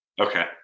okay